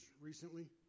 recently